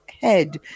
head